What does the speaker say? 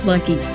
Lucky